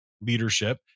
leadership